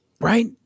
right